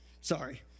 Sorry